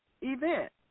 event